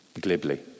glibly